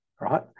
right